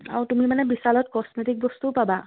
আৰু তুমি মানে বিশালত কছমেটিক বস্তুও পাবা